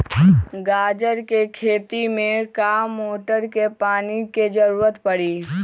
गाजर के खेती में का मोटर के पानी के ज़रूरत परी?